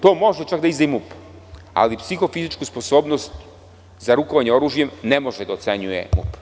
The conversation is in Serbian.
To može čak da izda i MUP, ali psihofizičku sposobnost za rukovanje oružjem ne može da ocenjuje MUP.